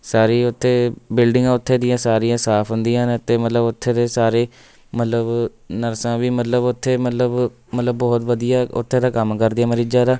ਸਾਰੇ ਹੀ ਉੱਥੇ ਬਿਲਡਿੰਗਾਂ ਉੱਥੇ ਦੀਆਂ ਸਾਰੀਆਂ ਸਾਫ਼ ਹੁੰਦੀਆਂ ਨੇ ਅਤੇ ਮਤਲਬ ਉੱਥੇ ਦੇ ਸਾਰੇ ਮਤਲਬ ਨਰਸਾਂ ਵੀ ਮਤਲਬ ਉੱਥੇ ਮਤਲਬ ਮਤਲਬ ਬਹੁਤ ਵਧੀਆ ਉੱਥੇ ਦਾ ਕੰਮ ਕਰਦੀਆਂ ਮਰੀਜ਼ਾਂ ਦਾ